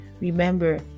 remember